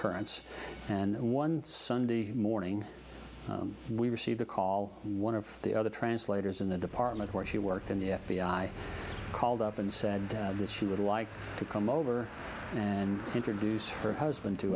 occurrence and one sunday morning we received a call one of the other translators in the department where she worked and the f b i called up and said that she would like to come over and introduce her husband to